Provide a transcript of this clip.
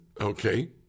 okay